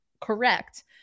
correct